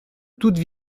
toute